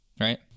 Right